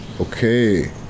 Okay